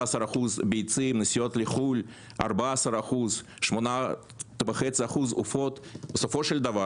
13%; נסיעות לחו"ל 14%; עופות 8.5%. בסופו של דבר